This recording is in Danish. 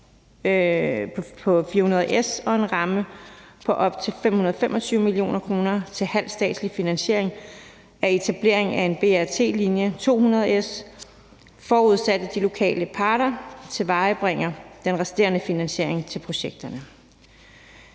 på 400S og en ramme på op til 525 mio. kr. til halv statslig finansiering af etablering af BRT-linje 200S, forudsat at de lokale parter tilvejebringer den resterende finansiering til projekterne.